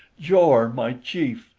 jor, my chief!